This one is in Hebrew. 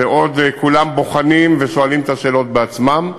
שעוד כולם בוחנים ושואלים את השאלות בעצמם.